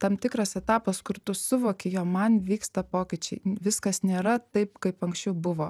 tam tikras etapas kur tu suvoki jog man vyksta pokyčiai viskas nėra taip kaip anksčiau buvo